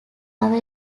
our